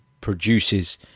produces